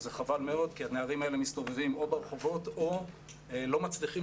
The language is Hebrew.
וזה חבל מאוד כי הנערים האלה מסתובבים או ברחובות או לא מצליחים